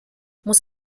muss